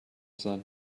sein